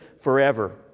forever